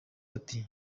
ati